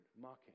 mocking